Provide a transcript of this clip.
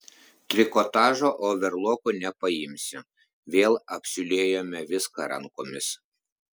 trikotažo overloku nepaimsi vėl apsiūlėjome viską rankomis